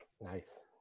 Nice